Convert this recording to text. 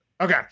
okay